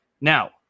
Now